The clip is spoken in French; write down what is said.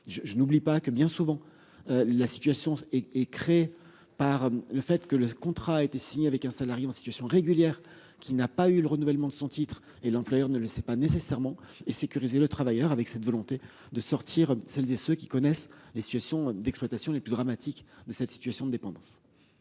je n'oublie pas que bien souvent. La situation est est créée par le fait que le contrat a été signé avec un salarié en situation régulière qui n'a pas eu le renouvellement de son titre et l'employeur ne le sait pas nécessairement et sécuriser le travailleur avec cette volonté de sortir. Celles et ceux qui connaissent les situations d'exploitation les plus dramatiques de cette situation de dépendance.--